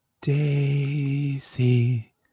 Daisy